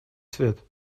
свет